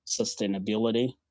sustainability